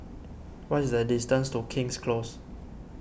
what is the distance to King's Close